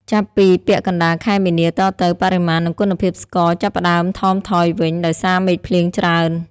ចាប់ពីពាក់កណ្ដាលខែមីនាតទៅ បរិមាណ និងគុណភាពស្ករ ចាប់ផ្ដើមថមថយវិញ ដោយសារមេឃភ្លៀងច្រើន។